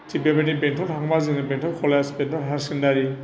थिक बेबायदिनो बेंथल थाङोबा जोङो बेंथल कलेज बेंथल हायार सेकेण्डारि